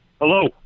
Hello